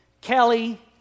Kelly